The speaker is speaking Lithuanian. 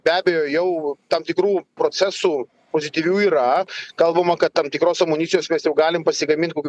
be abejo jau tam tikrų procesų pozityvių yra kalbama kad tam tikros amunicijos mes jau galim pasigamint kokių